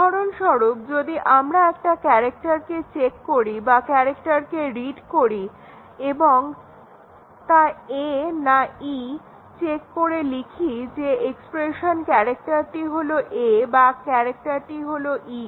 উদাহরণস্বরূপ যদি আমরা একটা ক্যারেক্টারকে চেক করি বা ক্যারেক্টারকে রিড করি এবং তা A না E চেক করে লিখি যে এক্সপ্রেশন ক্যারেক্টারটি হলো A বা ক্যারেক্টারটি হলো E